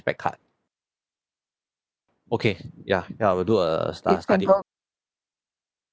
cashback card okay ya ya will do a study